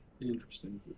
Interesting